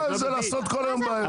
למה לעשות כל היום בעיות?